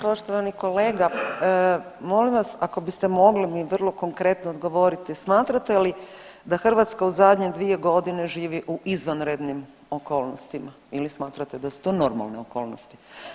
Poštovani kolega, molim vas ako biste mogli mi vrlo konkretno odgovoriti, smatrate li da Hrvatska u zadnje 2.g. živi u izvanrednim okolnostima ili smatrate da su to normalne okolnosti?